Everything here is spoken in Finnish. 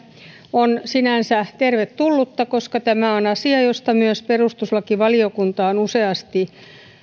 on sinänsä tervetullut koska tämä on asia josta myös perustuslakivaliokunta on useasti